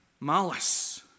Malice